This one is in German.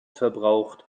verbraucht